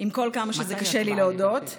עם כל כמה שקשה לי להודות.